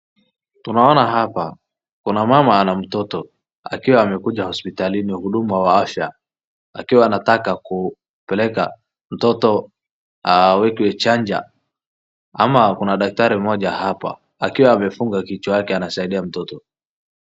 Tunaona hapa kuna mama ana mtoto akiwa amekuja hosptalini. Mhudumu wa afya akiwa anataka kupeleka mtoto awekwe chanjo ama kuna dakatari mmoja hapa akiwa amefunga kichwa yake anasaidia mtoto.